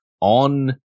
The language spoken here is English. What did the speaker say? on